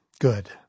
Good